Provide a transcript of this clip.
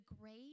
great